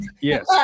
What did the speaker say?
Yes